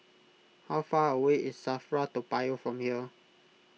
how far away is Safra Toa Payoh from here